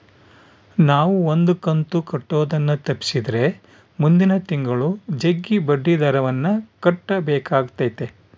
ನಾವು ಒಂದು ಕಂತು ಕಟ್ಟುದನ್ನ ತಪ್ಪಿಸಿದ್ರೆ ಮುಂದಿನ ತಿಂಗಳು ಜಗ್ಗಿ ಬಡ್ಡಿದರವನ್ನ ಕಟ್ಟಬೇಕಾತತೆ